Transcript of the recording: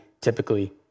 typically